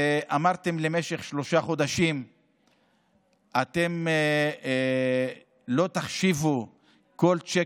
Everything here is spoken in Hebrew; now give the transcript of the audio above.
ואמרתם: למשך שלושה חודשים לא תחשיבו כל צ'ק